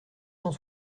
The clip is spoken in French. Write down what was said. cent